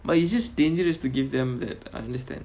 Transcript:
but is this dangerous to give them that I understand